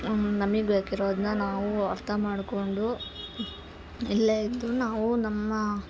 ನಮಗೆ ಬೇಕಿರೋದ್ನ ನಾವು ಅರ್ಥ ಮಾಡ್ಕೊಂಡು ಇಲ್ಲೇ ಇದ್ದು ನಾವು ನಮ್ಮ